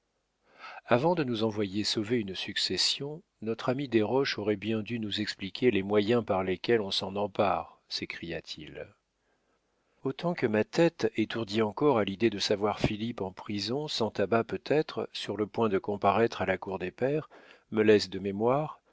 avant de nous envoyer sauver une succession notre ami desroches aurait bien dû nous expliquer les moyens par lesquels on s'en empare s'écria-t-il autant que ma tête étourdie encore à l'idée de savoir philippe en prison sans tabac peut-être sur le point de comparaître à la cour des pairs me laisse de mémoire